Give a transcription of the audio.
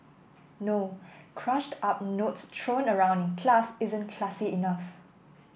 no crushed up notes thrown around in class isn't classy enough